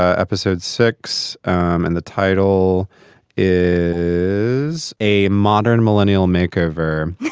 ah episode six, and the title is a modern millennial makeover